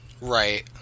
Right